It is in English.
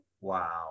Wow